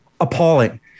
appalling